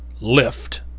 lift